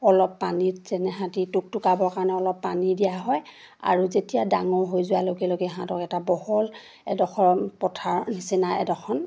অলপ পানীত যেনে সিহঁতি টুকটুকাবৰ কাৰণে অলপ পানী দিয়া হয় আৰু যেতিয়া ডাঙৰ হৈ যোৱাৰ লগে লগে সিহঁতক এটা বহল এডোখৰ পথাৰৰ নিচিনা এডোখৰ